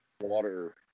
water